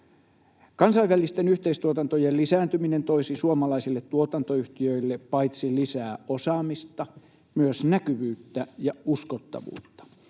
Kansainvälisten yhteistuotantojen lisääntyminen toisi suomalaisille tuotantoyhtiöille paitsi lisää osaamista myös näkyvyyttä ja uskottavuutta,